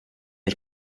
ich